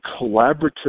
collaborative